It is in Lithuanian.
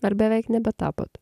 ar beveik nebetapot